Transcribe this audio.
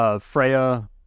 Freya